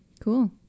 Cool